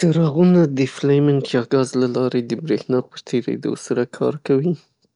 څراغونو د فلېمنګ یا ګاز له لارې د بریښنا پر تیریدو سره کار کوي،